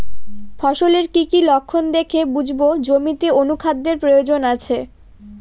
ফসলের কি কি লক্ষণ দেখে বুঝব জমিতে অনুখাদ্যের প্রয়োজন আছে?